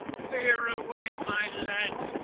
clear away, my lads,